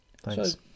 Thanks